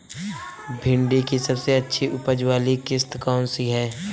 भिंडी की सबसे अच्छी उपज वाली किश्त कौन सी है?